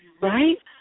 Right